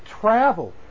travel